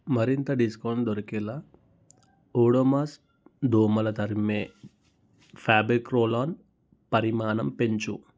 మరింత డిస్కౌంట్ దొరికేలా ఓడోమాస్ దోమల తరిమే ఫ్యాబ్రిక్ రోల్ ఆన్ పరిమాణం పెంచు